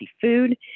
food